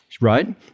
right